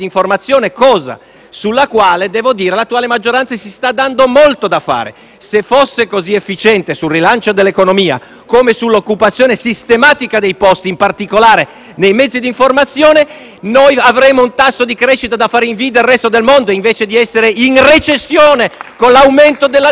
su cui l'attuale maggioranza si sta dando molto da fare. Se fosse così efficiente sul rilancio dell'economia come sull'occupazione sistematica dei posti, in particolare nei mezzi di informazione, avremo un tasso di crescita da fare invidia al resto del mondo invece di essere in recessione, con l'aumento della disoccupazione.